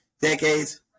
Decades